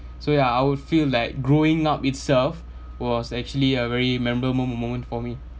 so ya I would feel like growing up itself was actually a very memorable moment for me